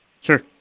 Sure